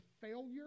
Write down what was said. failure